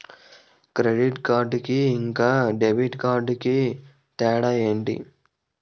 Credit card కి ఇంకా debit card కి తేడా ఏంటి?